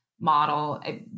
model